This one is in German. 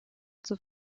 zur